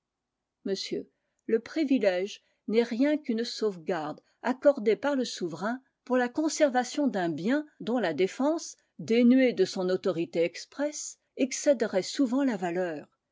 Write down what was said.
monsieur le privilège n'est rien qu'une sauvegarde accordée par le souverain pour la conservation d'un bien dont la défense dénuée de son autorité expresse excéderait souvent la valeur